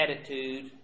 attitude